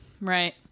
Right